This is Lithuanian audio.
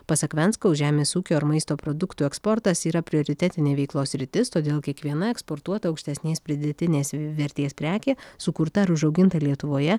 pasak venckaus žemės ūkio ar maisto produktų eksportas yra prioritetinė veiklos sritis todėl kiekviena eksportuota aukštesnės pridėtinės vertės prekė sukurta ar užauginta lietuvoje